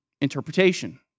interpretation